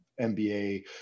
MBA